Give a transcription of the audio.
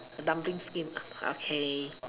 dumpling skin okay